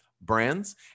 brands